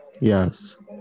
Yes